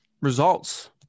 results